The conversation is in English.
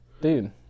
dude